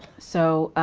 so,